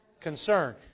concern